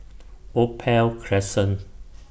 Opal Crescent